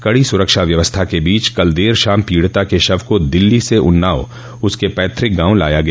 कड़ी सुरक्षा व्यवस्था के बीच कल देर शाम पीड़िता के शव को दिल्ली से उन्नाव उसके पैतृक गांव लाया गया